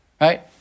right